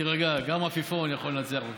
תירגע, גם עפיפון יכול לנצח אתכם,